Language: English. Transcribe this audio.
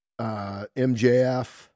MJF